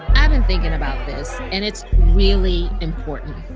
i've been thinking about this, and it's really important.